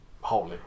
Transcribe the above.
holy